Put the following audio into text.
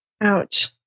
Ouch